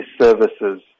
services